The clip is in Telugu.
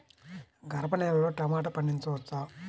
గరపనేలలో టమాటా పండించవచ్చా?